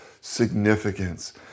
significance